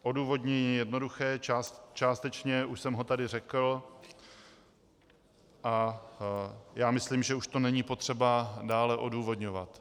Odůvodnění je jednoduché, částečně už jsem ho tady řekl a myslím, že už to není potřeba dále odůvodňovat.